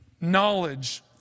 knowledge